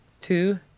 Two